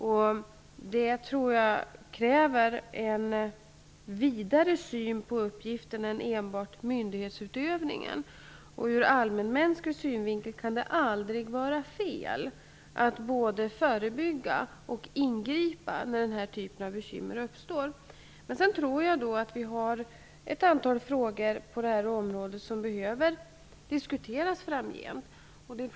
Jag tror att det för detta krävs en vidare syn på uppgiften än den som enbart gäller myndighetsutövningen. Ur allmänmänsklig synvinkel kan det aldrig vara fel att både förebygga och ingripa när denna typ av bekymmer uppstår. Jag tror att ett antal frågor behöver diskuteras framgent.